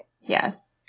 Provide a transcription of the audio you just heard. Yes